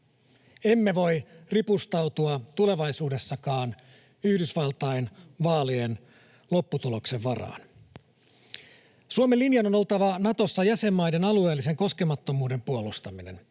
Emme voi ripustautua tulevaisuudessakaan Yhdysvaltain vaalien lopputuloksen varaan. Suomen linjan on oltava Natossa jäsenmaiden alueellisen koskemattomuuden puolustaminen.